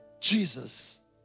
Jesus